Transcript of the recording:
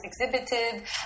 exhibited